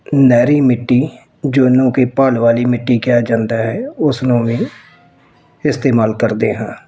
ਨਹਿਰੀ ਮਿੱਟੀ ਜਿਹਨੂੰ ਕਿ ਭੱਲ ਵਾਲੀ ਮਿੱਟੀ ਕਿਹਾ ਜਾਂਦਾ ਹੈ ਉਸ ਨੂੰ ਵੀ ਇਸਤੇਮਾਲ ਕਰਦੇ ਹਾਂ